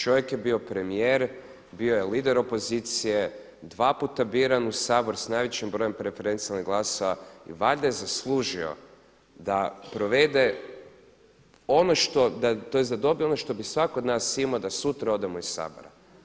Čovjek je bio premijer, bio je lider opozicije, dva puta biran u Sabor s najvećim brojem preferencijalnih glasova i valjda je zaslužio da provede ono što, tj. da dobije ono što bi svatko od nas imao da sutra odemo iz Sabora.